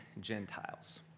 Gentiles